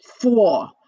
four